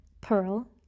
pearl